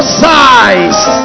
size